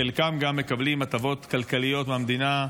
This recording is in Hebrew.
חלקם גם מקבלים הטבות כלכליות מהמדינה,